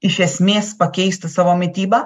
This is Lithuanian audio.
iš esmės pakeisti savo mitybą